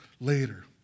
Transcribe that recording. later